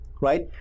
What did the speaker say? right